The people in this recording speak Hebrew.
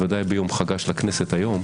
ודאי ביום חגה של הכנסת היום,